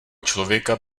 člověka